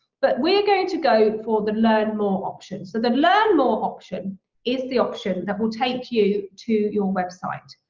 but we're going to go for the learn more option, so the learn more option is the option that will take you to your website.